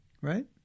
Right